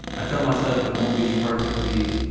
i tell myself it won't be perfectly